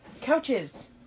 couches